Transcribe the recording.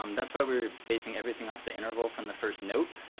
um that's why we were basing everything off the interval from the first note.